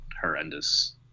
horrendous